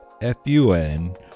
f-u-n